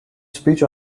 speech